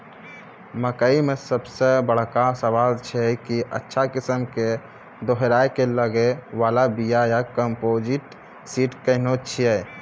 मकई मे सबसे बड़का सवाल छैय कि अच्छा किस्म के दोहराय के लागे वाला बिया या कम्पोजिट सीड कैहनो छैय?